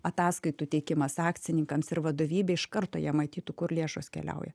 ataskaitų teikimas akcininkams ir vadovybė iš karto jie matytų kur lėšos keliauja